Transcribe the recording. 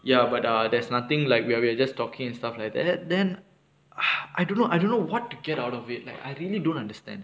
ya but uh there's nothing like we're we are just talking and stuff like that then I don't know I don't know what to get out of it like I really don't understand